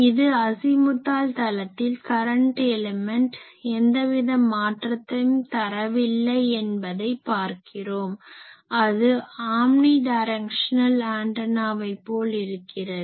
இது அஸிமுத்தால் தளத்தில் கரன்ட் எலிமென்ட் எந்தவித மாற்றத்தையும் தரவில்லை என்பதை பார்க்கிறோம் அது ஆம்னி டைரக்ஷனல் ஆன்டனாவை போல் இருக்கிறது